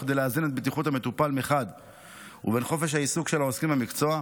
וכדי לאזן בין בטיחות המטופל ובין חופש העיסוק של העוסקים במקצוע,